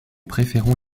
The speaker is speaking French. préférons